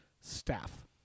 staff